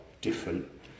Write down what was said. different